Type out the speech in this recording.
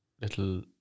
little